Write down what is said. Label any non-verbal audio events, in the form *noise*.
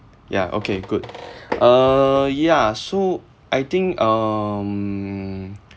ya okay good uh ya so I think um *noise*